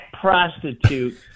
prostitute